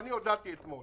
אני הודעתי אתמול